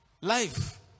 life